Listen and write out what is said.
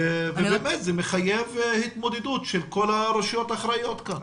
זה מחייב התמודדות של כל הרשויות האחראיות כאן.